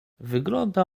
wygląda